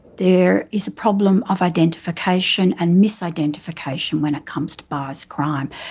there is a problem of identification and misidentification when it comes to bias crime.